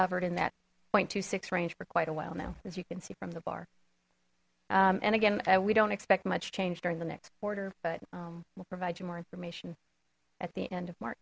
hovered in that zero point two six range for quite a while now as you can see from the bar and again we don't expect much change during the next quarter but will provide you more information at the end of march